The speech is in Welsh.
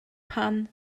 pan